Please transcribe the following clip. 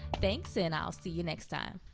thanks and i'll see you next time.